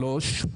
שלוש,